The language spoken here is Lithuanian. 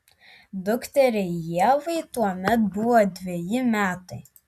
dukteriai ievai tuomet buvo dveji metai